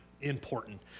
important